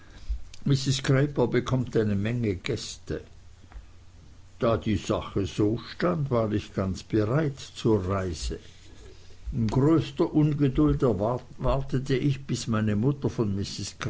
bekommt eine menge gäste da die sache so stand war ich ganz bereit zur reise in größter ungeduld wartete ich bis meine mutter von